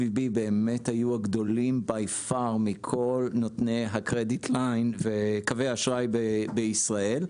SVB באמת היו הגדולים מכל נותני קווי האשראי בישראל,